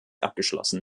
abgeschlossen